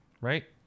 right